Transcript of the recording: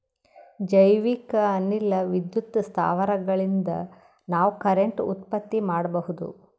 ಜೈವಿಕ್ ಅನಿಲ ವಿದ್ಯುತ್ ಸ್ಥಾವರಗಳಿನ್ದ ನಾವ್ ಕರೆಂಟ್ ಉತ್ಪತ್ತಿ ಮಾಡಬಹುದ್